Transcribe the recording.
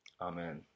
Amen